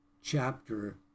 chapter